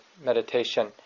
meditation